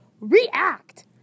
react